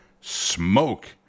smoke